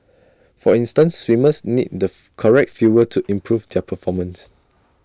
for instance swimmers need the correct fuel to improve their performance